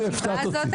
את